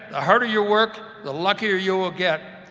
harder you work, the luckier you will get.